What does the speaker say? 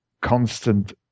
constant